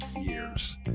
years